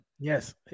Yes